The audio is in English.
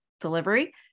delivery